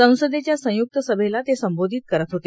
संसदेच्या संयुक्त सभेला ते संबोधित करत होते